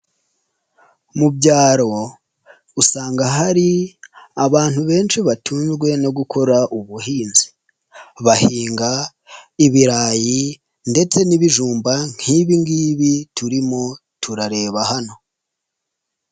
Mu byaro usanga hari abantu benshi batunzwe no gukora ubuhinzi, bahinga ibirayi ndetse n'ibijumba nk'ibiingibi turimo turareba hano.